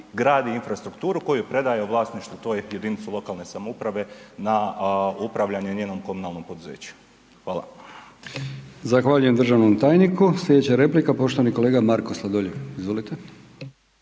gradi infrastrukturu koju predaje u vlasništvo toj jedinici lokalne samouprave na upravljanje njenom komunalnom poduzeću. Hvala. **Brkić, Milijan (HDZ)** Zahvaljujem državnom tajniku. Slijedeća replika poštovani kolega Marko Sladoljev. Izvolite.